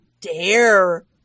dare